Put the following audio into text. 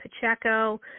Pacheco